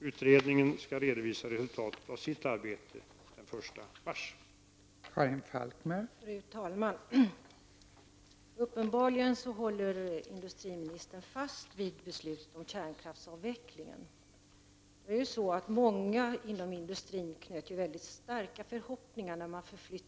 Utredningen skall redovisa resultatet av sitt arbete den 1 mars i år.